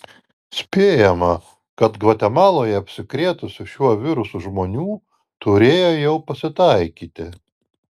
spėjama kad gvatemaloje apsikrėtusių šiuo virusu žmonių turėjo jau pasitaikyti